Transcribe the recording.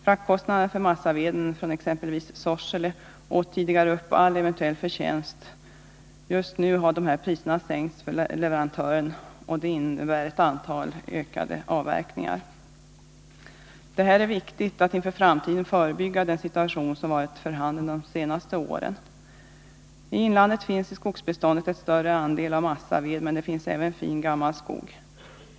Fraktkostnaderna för massaveden från exempelvis Sorsele åt tidigare upp all eventuell förtjänst. Just nu har dessa priser sänkts för leverantören, och det innebär ett ökat antal avverkningar. Det är viktigt att inför framtiden förebygga en upprepning av den situation som varit för handen de senaste åren. I inlandet finns i skogsbeståndet en större andel massaved, men det finns även fin gammal skog.